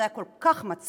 זה היה כל כך מצחיק.